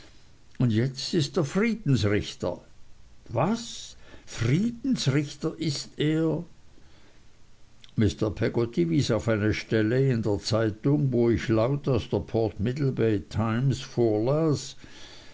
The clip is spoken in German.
und jetzt ist er friedensrichter was friedensrichter ist er mr peggotty wies auf eine stelle in der zeitung wo ich laut aus der port middlebay times vorlas